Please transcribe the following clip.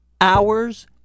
hours